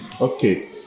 Okay